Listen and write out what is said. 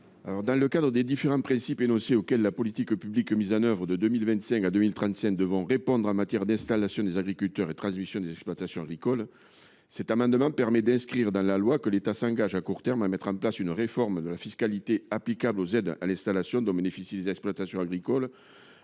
Dans le cadre des différents principes énoncés auxquels la politique publique mise en œuvre de 2025 à 2035 devra répondre en matière d’installation des agriculteurs et de transmission des exploitations agricoles, cet amendement vise à inscrire dans la loi que l’État s’engage à court terme à mettre en place une réforme de la fiscalité applicable aux aides à l’installation dont bénéficient les exploitations agricoles